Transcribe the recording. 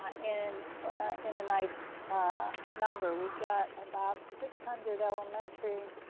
and in a nice number. we've got about six hundred elementary.